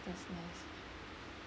that's nice